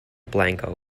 blanco